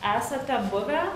esate buvę